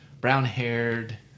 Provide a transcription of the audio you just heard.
brown-haired